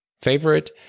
favorite